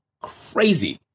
crazy